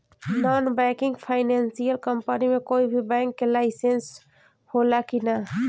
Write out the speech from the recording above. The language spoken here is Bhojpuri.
नॉन बैंकिंग फाइनेंशियल कम्पनी मे कोई भी बैंक के लाइसेन्स हो ला कि ना?